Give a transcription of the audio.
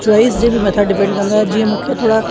choice जे बि मथां डिपेंड कंदो आहे जीअं मूंखे थोरा